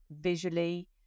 visually